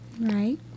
Right